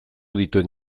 dituen